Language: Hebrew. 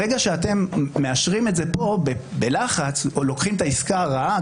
ברגע שאתם מאשרים את זה פה בלחץ או לוקחים את העסקה הרעה,